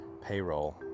payroll